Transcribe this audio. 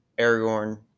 Aragorn